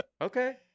Okay